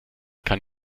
kann